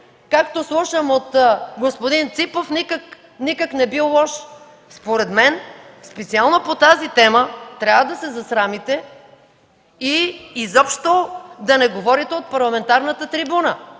както слушам от господин Ципов, никак не бил лош. Според мен специално по тази тема трябва да се засрамите и изобщо да не говорите от парламентарната трибуна,